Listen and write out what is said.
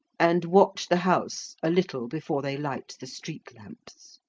and watch the house, a little before they light the street-lamps.